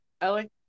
Ellie